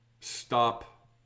stop